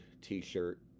t-shirt